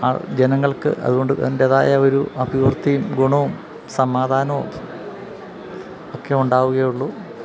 ആ ജനങ്ങൾക്ക് അതുകൊണ്ട് അതിൻ്റേതായ ഒരു അഭിവൃദ്ധിയും ഗുണവും സമാധാനവുമൊക്കെ ഉണ്ടാവുകയുള്ളൂ